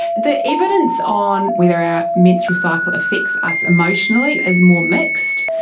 the evidence on whether our menstrual cycle affects us emotionally is more mixed.